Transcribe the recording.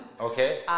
okay